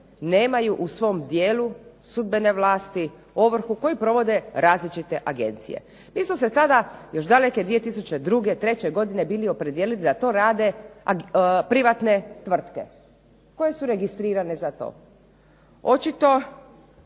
nemaju u svom dijelu sudbene vlasti ovrhu koju provode različite agencije. Mi smo se tada još daleke 2002., treće godine bili opredijelili da to rade privatne tvrtke koje su registrirane za to. Očito